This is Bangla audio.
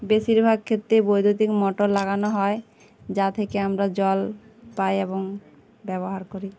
বেশিরভাগ ক্ষেত্রে বৈদ্যুতিক মটর লাগানো হয় যা থেকে আমরা জল পাই এবং ব্যবহার করি